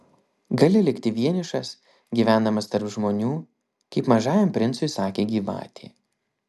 gali likti vienišas gyvendamas tarp žmonių kaip mažajam princui sakė gyvatė